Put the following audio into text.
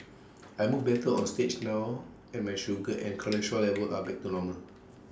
I move better on stage now and my sugar and cholesterol levels are back to normal